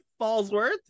Fallsworth